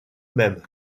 même